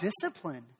discipline